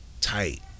tight